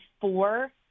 four